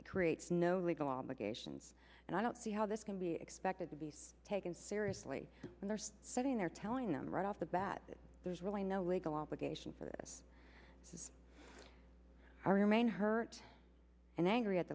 it creates no legal obligations and i don't see how this can be expected to be taken seriously and there's sitting there telling them right off the bat that there's really no legal obligation for this is i remain hurt and angry at